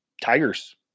tigers